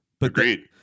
Agreed